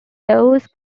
those